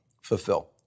fulfill